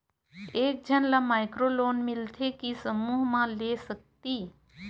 एक झन ला माइक्रो लोन मिलथे कि समूह मा ले सकती?